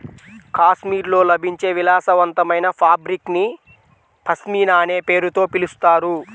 కాశ్మీర్లో లభించే విలాసవంతమైన ఫాబ్రిక్ ని పష్మినా అనే పేరుతో పిలుస్తారు